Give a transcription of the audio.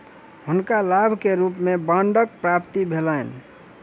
हुनका लाभ के रूप में बांडक प्राप्ति भेलैन